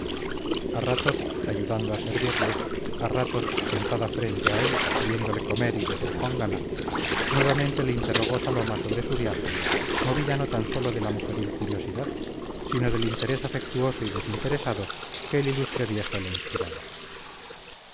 a ratos ayudando a servirle a ratos sentada frente a él viéndole comer y beber con gana nuevamente le interrogó saloma sobre su viaje movida no tan sólo de la mujeril curiosidad sino del interés afectuoso y desinteresado que el ilustre viejo le inspiraba